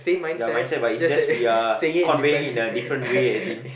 ya mindset but it's just we are conveying in a different way as in